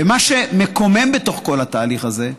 ומה שמקומם בתוך כל התהליך הזה,